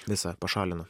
visą pašalino